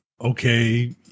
okay